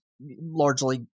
largely